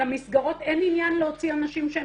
למסגרות אין עניין להוציא אנשים שהם